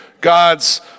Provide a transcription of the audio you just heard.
God's